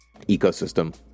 ecosystem